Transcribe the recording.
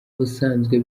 ubusanzwe